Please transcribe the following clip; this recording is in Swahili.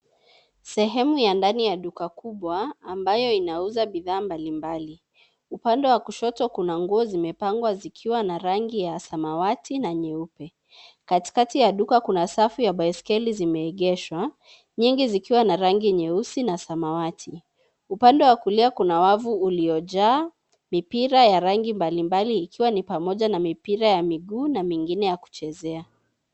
Sehemu ya ndani ya duka kubwa ambayo inauza bidhaa mbalimbali. Upande wa kushoto Kuna nguo zimepangwa zikiwa na rangi ya samawati na nyeupe. Katikati ya duka Kuna safu ya baiskeli zimeegeshwa, nyingi zikiwa na rangi nyesusi na samawati. Upande wa kulia Kuna wavu uliojaa mipira ya rangi mbalimbali ikiwa ni pamoja na mipira ya miguu na mipira ya kuchezea.